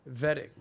vetting